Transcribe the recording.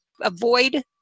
avoid